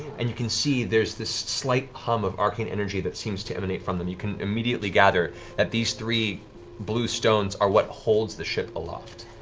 and you can see there's this slight hum of arcane energy that seems to emanate from them. you can immediately gather that these three blue stones are what holds the ship aloft.